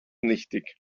nichtig